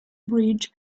bridge